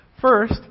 First